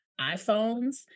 iPhones